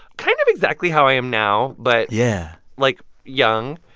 kind of exactly how i am now, but. yeah. like, young.